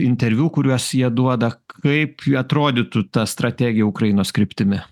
interviu kuriuos jie duoda kaip atrodytų ta strategija ukrainos kryptimi